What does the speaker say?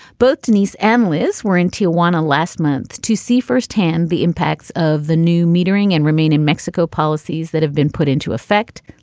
both denise and liz were in tijuana last month to see firsthand the impacts of the new metering and remain in mexico policies that have been put into effect.